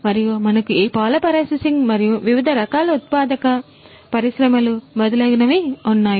మరియు మనకు ఈ పాల ప్రాసెసింగ్ మరియు వివిధ రకాల ఉత్పాదక పరిశ్రమలు మొదలగునవి ఉన్నాయి